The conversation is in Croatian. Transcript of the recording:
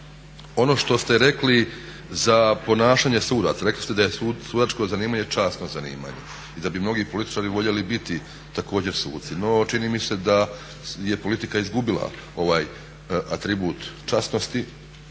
Ono što ste rekli za ponašanje sudaca, rekli ste da je sudačko zanimanje časno zanimanje i da bi mnogi političari voljeli biti također suci. No, čini mi se da je politika izgubila ovaj atribut časnosti